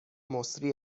مسری